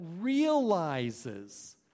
realizes